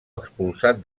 expulsat